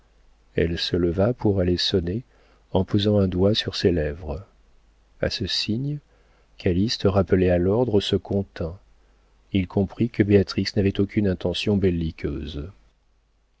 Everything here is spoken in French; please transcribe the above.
elle se leva pour aller sonner en posant un doigt sur ses lèvres a ce signe calyste rappelé à l'ordre se contint il comprit que béatrix n'avait aucune intention belliqueuse